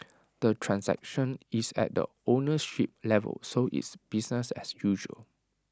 the transaction is at the ownership level so it's business as usual